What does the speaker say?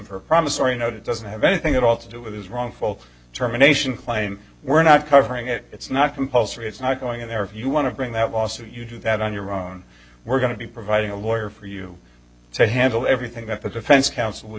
for a promissory note it doesn't have anything at all to do with his wrongful determination claim we're not covering it it's not compulsory it's not going in there if you want to bring that lawsuit you do that on your own we're going to be providing a lawyer for you to handle everything that the defense counsel would